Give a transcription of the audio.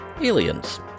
aliens